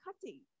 cutting